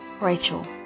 Rachel